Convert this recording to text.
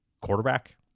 quarterback